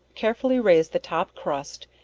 carefully raise the top crust,